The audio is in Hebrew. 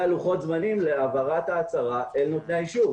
לוחות זמנים להעברת ההצהרה אל נותני האישור,